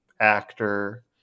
actor